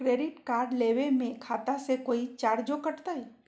Credit card लेवे में खाता से कोई चार्जो कटतई?